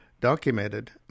documented